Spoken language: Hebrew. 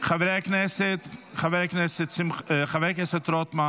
חבר הכנסת רוטמן,